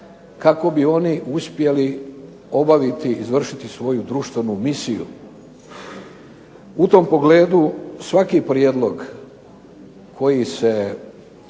kako bi oni uspjeli obaviti, izvršiti svoju društvenu misiju. U tom pogledu svaki prijedlog kako bi se